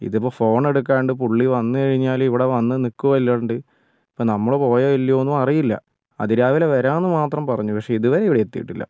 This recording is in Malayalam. ഇതിപ്പോൾ ഫോൺ എടുക്കാണ്ട് പുള്ളി വന്നു കഴിഞ്ഞാൽ ഇവിട വന്നു നിൽക്കും അല്ലാണ്ട് ഇപ്പോൾ നമ്മൾ പോയോ ഇല്ലയോ ഒന്നും അറിയില്ല അതിരാവിലെ വരാം എന്ന് മാത്രം പറഞ്ഞു പക്ഷേ ഇതുവരെ ഇവിടെ എത്തിയിട്ടില്ല